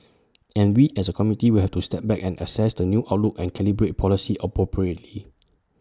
and we as A committee will have to step back and assess the new outlook and calibrate policy appropriately